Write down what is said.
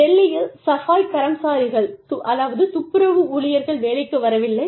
டெல்லியில் சஃபாய் கரம்சாரிகள் துப்புரவு ஊழியர்கள் வேலைக்கு வரவில்லை